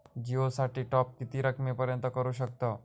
जिओ साठी टॉप किती रकमेपर्यंत करू शकतव?